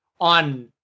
on